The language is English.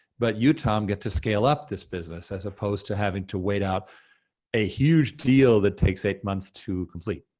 but you, tom, get to scale up this business as opposed to having to wait out a huge deal that takes eight months to complete.